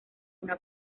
una